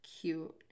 cute